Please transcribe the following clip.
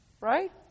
right